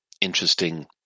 interesting